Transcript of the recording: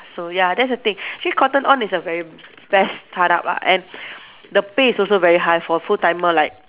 so ya that's the thing actually cotton on is a very best start up lah and the pay is also very high for full timer like